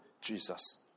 Jesus